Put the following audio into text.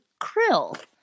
Krill